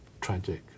tragic